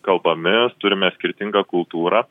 kalbomis turime skirtingą kultūrą